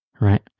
right